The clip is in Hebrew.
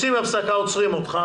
עוצרים אותך